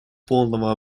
полного